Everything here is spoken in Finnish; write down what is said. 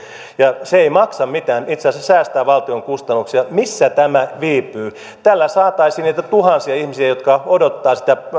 ja se ei maksa mitään itse asiassa säästää valtion kustannuksia niin missä tämä viipyy tällä saataisiin työllistettyä niitä tuhansia ihmisiä jotka odottavat sitä